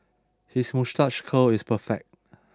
his moustache curl is perfect